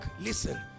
Listen